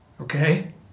okay